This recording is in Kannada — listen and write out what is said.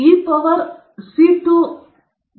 ಆ ಮೈನಸ್ 1 ಎಲ್ಲಿಂದ ಬಂದಿತು